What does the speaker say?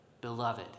Beloved